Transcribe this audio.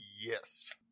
Yes